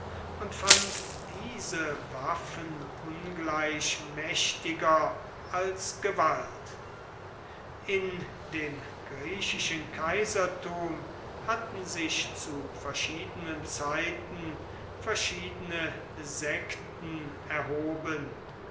und fand diese waffen ungleich mächtiger als gewalt in dem griechischen kaiserthum hatten sich zu verschiedenen zeiten verschiedene sekten erhoben